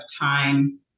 time